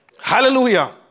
Hallelujah